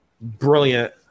brilliant